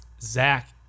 Zach